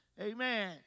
amen